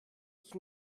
ich